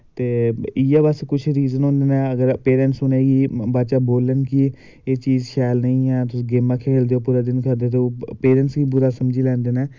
ते इ'यै बस कुश रिज़न होंदे नै अगर पेरैंटस उनेंगी बाद च बोलन कि एह् चीज़ शैल नी ऐ तुस गेमां खेलदे ओ पूरा दिन करदे हो पेरैंटस बी बुरा समझी लैंदे नै